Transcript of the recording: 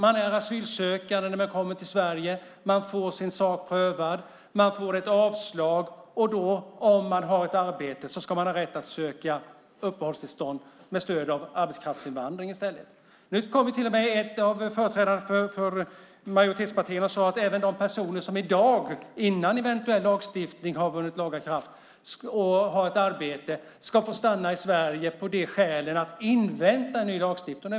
Man är asylsökande när man kommer till Sverige. Man får sin sak prövad. Man får ett avslag. Men om man då har ett arbete ska man ha rätt att söka uppehållstillstånd med stöd i reglerna för arbetskraftsinvandring i stället. En av företrädarna för majoritetspartierna sade nu att även de personer som i dag har ett arbete, innan eventuell lagstiftning har vunnit laga kraft, ska få stanna i Sverige och invänta ny lagstiftning.